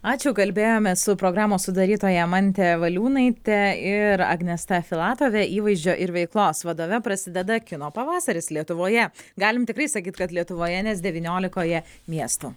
ačiū kalbėjomės su programos sudarytoja mante valiūnaite ir agnesta filatove įvaizdžio ir veiklos vadove prasideda kino pavasaris lietuvoje galim tikrai sakyt kad lietuvoje nes devyniolikoje miestų